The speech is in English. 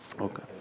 okay